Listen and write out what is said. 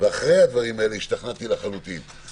העצורים לדיון ראשון במעצר ימים ב-23 ביוני.